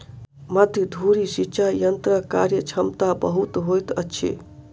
मध्य धुरी सिचाई यंत्रक कार्यक्षमता बहुत होइत अछि